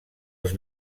els